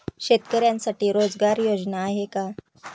शेतकऱ्यांसाठी रोजगार योजना आहेत का?